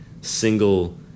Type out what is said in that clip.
single